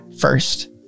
first